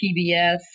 PBS